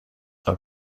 are